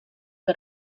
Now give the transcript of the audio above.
que